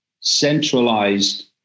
centralized